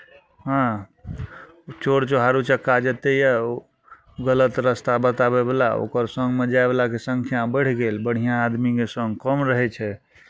हँ चोर चुहार उचक्का जतेक यए ओ गलत रस्ता बताबयवला ओकर सङ्गमे जायवलाके सङ्ख्या बढ़ि गेल बढ़िआँ आदमीके सङ्ग कम रहै छै